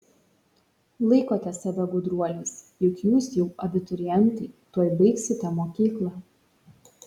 laikote save gudruoliais juk jūs jau abiturientai tuoj baigsite mokyklą